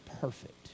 perfect